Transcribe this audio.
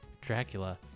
Dracula